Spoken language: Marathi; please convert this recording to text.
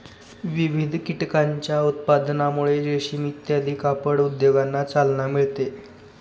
विविध कीटकांच्या उत्पादनामुळे रेशीम इत्यादी कापड उद्योगांना चालना मिळते